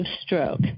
stroke